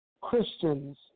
Christians